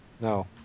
No